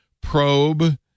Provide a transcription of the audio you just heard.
probe